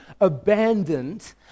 abandoned